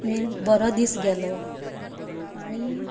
बरो दिस गेलो आनी